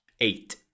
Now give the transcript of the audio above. Eight